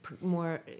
more